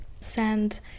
send